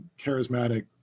charismatic